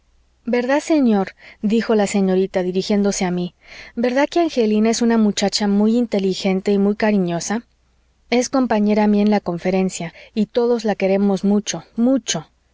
verdad señor dijo la señorita dirigiéndose a mí verdad que angelina es una muchacha muy inteligente y muy cariñosa es compañera mía en la conferencia y todos la queremos mucho mucho